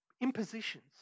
impositions